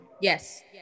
Yes